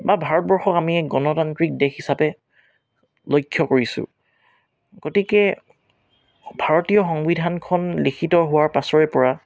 বা ভাৰতবৰ্ষক আমি এক গণতান্ত্ৰিক দেশ হিচাপে লক্ষ্য কৰিছোঁ গতিকে ভাৰতীয় সংবিধানখন লিখিত হোৱাৰ পাছৰে পৰা